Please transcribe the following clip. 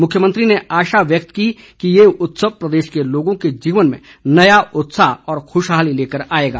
मुख्यमंत्री ने आशा व्यक्त की है कि ये उत्सव प्रदेश के लोगों के जीवन में नया उत्साह और खुशहाली लेकर आएगा